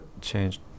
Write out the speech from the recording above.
change